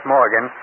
Morgan